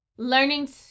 learning